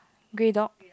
grey dog